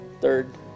third